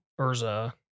Urza